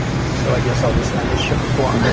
so i guess i'll just end the show for